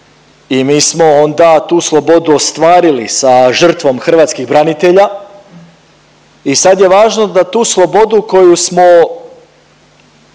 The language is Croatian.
i mi smo onda tu slobodu ostvarili sa žrtvom hrvatskih branitelja i sad je važno da tu slobodu koju smo,